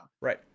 right